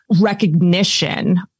recognition